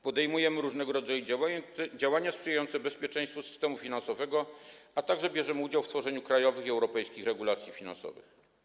Podejmujemy różnego rodzaju działania sprzyjające bezpieczeństwu systemu finansowego, a także bierzemy udział w tworzeniu krajowych i europejskich regulacji finansowych.